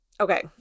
Okay